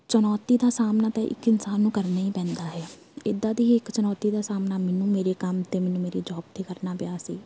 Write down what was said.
ਚੁਣੌਤੀ ਦਾ ਸਾਹਮਣਾ ਤਾਂ ਇੱਕ ਇਨਸਾਨ ਨੂੰ ਕਰਨਾ ਹੀ ਪੈਂਦਾ ਹੈ ਇੱਦਾਂ ਦੀ ਹੀ ਇੱਕ ਚੁਣੌਤੀ ਦਾ ਸਾਹਮਣਾ ਮੈਨੂੰ ਮੇਰੇ ਕੰਮ 'ਤੇ ਮੈਨੂੰ ਮੇਰੀ ਜੋਬ 'ਤੇ ਕਰਨਾ ਪਿਆ ਸੀ